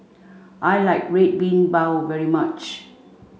I like Red Bean Bao very much